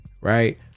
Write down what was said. Right